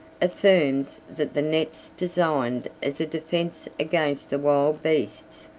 affirms that the nets designed as a defence against the wild beasts,